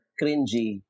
cringy